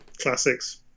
classics